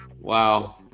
wow